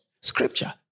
Scripture